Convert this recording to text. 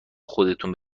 خودتون